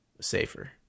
safer